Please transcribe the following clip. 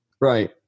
Right